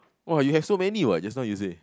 !wah! you have so many what just now you say